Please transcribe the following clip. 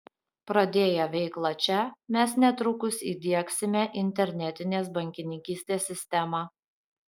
pradėję veiklą čia mes netrukus įdiegsime internetinės bankininkystės sistemą